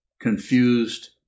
confused